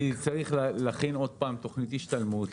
צריך להיכן עוד פעם תכנית השתלמות,